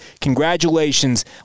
Congratulations